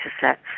sets